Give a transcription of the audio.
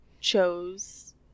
chose